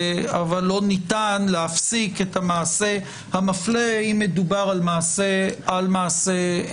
אך לא ניתן להפסיק את המעשה המפלה אם מדובר במעשה מתמשך?